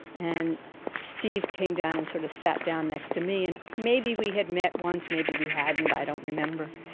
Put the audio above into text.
and steve came down and sort of sat down next to me, and maybe we had met once, maybe we hadn't. i don't remember.